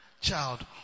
child